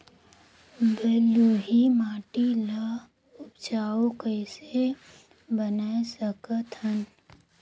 बलुही माटी ल उपजाऊ कइसे बनाय सकत हन?